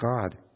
God